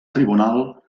tribunal